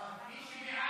מי שבעד,